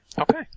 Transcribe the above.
Okay